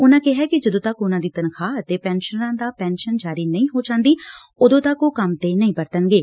ਉਨਾਂ ਕਿਹੈ ਕਿ ਜਦੋਂ ਤੱਕ ਉਨਾਂ ਦੀ ਤਨਖਾਹ ਅਤੇ ਪੈਨਸ਼ਨਰਾਂ ਨੂੰ ਪੈਨਸ਼ਨ ਜਾਰੀ ਨਹੀਂ ਹੋ ਜਾਂਦੀ ਉਦੋਂ ਤੱਕ ਉਹ ਕੰਮ ਤੇ ਨਹੀਂ ਪਰੱਣਗੇ